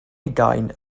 hugain